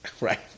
right